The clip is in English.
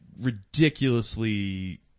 ridiculously